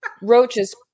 roaches